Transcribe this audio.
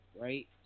right